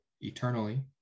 eternally